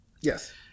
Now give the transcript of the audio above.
yes